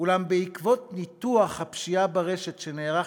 אולם בעקבות ניתוח הפשיעה ברשת שנערך